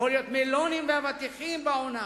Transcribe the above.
יכול להיות, מלונים ואבטיחים בעונה.